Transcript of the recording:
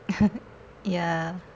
ya